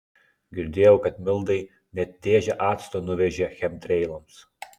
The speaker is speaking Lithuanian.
girdėjau kad mildai net dėžę acto nuvežė chemtreilams